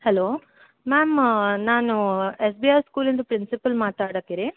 hello ma'am ನಾನು S B I ಸ್ಕೂಲಿಂದು principal ಮಾತಾಡತಿ ರೀ